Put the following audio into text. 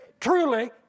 truly